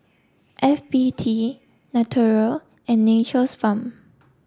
F B T Naturel and Nature's Farm